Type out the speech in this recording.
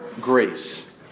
grace